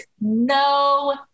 no